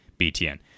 BTN